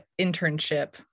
internship